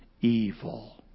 Evil